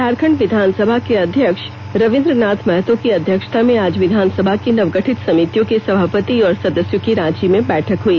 झारखंड विधानसभा के अध्यक्ष रवींद्रनाथ महतो की अध्यक्षता में आज विधानसभा की नवगठित समितियों के सभापति और सदस्यों की रांची में बैठक हई